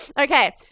Okay